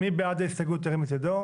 מי בעד ההסתייגות, ירים את ידו.